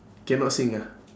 cannot sing ah